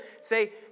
say